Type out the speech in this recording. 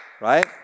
right